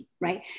right